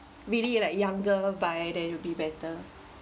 really like younger buy then will be better